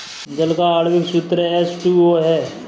जल का आण्विक सूत्र एच टू ओ है